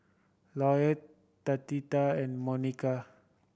Lloyd Tatia and Monika